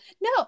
no